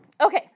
Okay